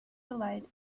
delight